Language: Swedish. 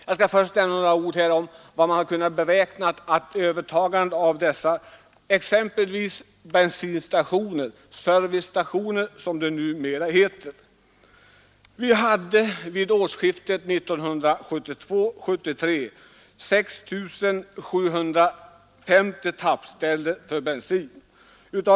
Vid de beräkningar som gjorts för ett övertagande av bensinoch servicestationer har det framgått att vi vid årsskiftet 1972—1973 hade 6 750 tappställen för bensin.